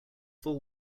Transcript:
full